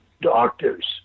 doctors